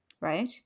right